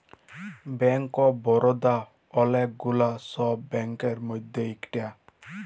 bank of Baroda ওলেক গুলা সব ব্যাংকের মধ্যে ইকটা